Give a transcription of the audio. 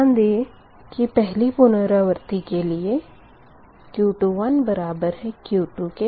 ध्यान दें की पहली पुनरावर्ती के लिए Q21 बराबर है Q2 के